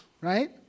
right